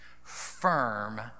firm